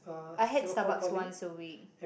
I had Starbucks once a week